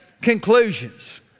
conclusions